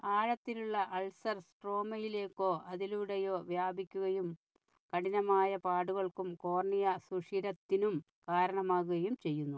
ആഴത്തിലുള്ള അൾസർ സ്ട്രോമയിലേക്കോ അതിലൂടെയോ വ്യാപിക്കുകയും കഠിനമായ പാടുകൾക്കും കോർണിയ സുഷിരത്തിനും കാരണമാകുകയും ചെയ്യുന്നു